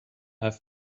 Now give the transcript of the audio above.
have